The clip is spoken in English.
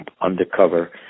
Undercover